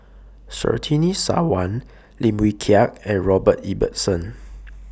Surtini Sarwan Lim Wee Kiak and Robert Ibbetson